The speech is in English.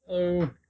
Hello